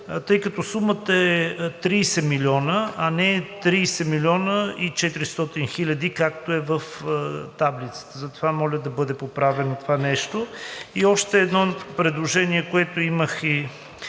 тъй като сумата е 30 милиона, а не 30 млн. и 400 хиляди, както е в таблицата. Затова моля да бъде поправено това нещо. И още едно предложение, което имах и